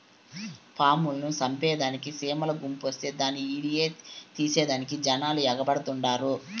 పాముల్ని సంపేదానికి సీమల గుంపొస్తే దాన్ని ఈడియో తీసేదానికి జనాలు ఎగబడతండారు